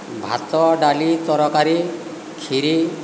ଭାତ ଡାଲି ତରକାରୀ କ୍ଷୀରି